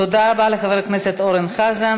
תודה רבה לחבר הכנסת אורן חזן.